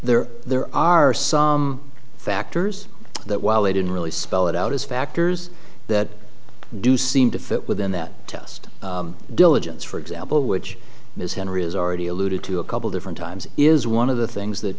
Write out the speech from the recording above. there there are some factors that while they didn't really spell it out as factors that do seem to fit within that test diligence for example which is henry has already alluded to a couple different times is one of the things that